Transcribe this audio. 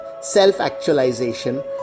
self-actualization